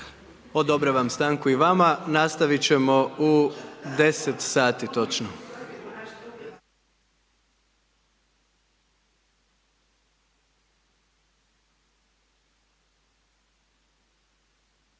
Odobravam stanku i vama, nastaviti ćemo u 10 sati točno.